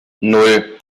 nan